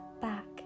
back